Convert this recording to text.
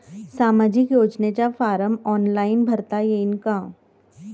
सामाजिक योजनेचा form online भरता येईन का?